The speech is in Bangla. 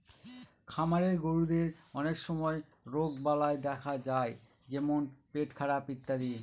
খামারের গরুদের অনেক সময় রোগবালাই দেখা যায় যেমন পেটখারাপ ইত্যাদি